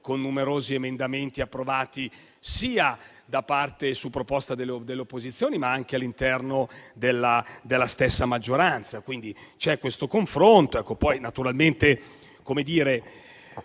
con numerosi emendamenti approvati sia su proposta dell'opposizione, ma anche all'interno della stessa maggioranza. Quindi c'è stato un confronto.